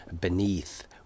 beneath